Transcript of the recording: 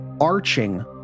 arching